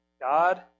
God